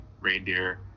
reindeer